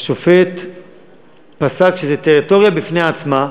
והשופט פסק שזה טריטוריה בפני עצמה.